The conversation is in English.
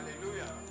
Hallelujah